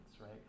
right